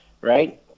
right